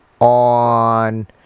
on